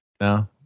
No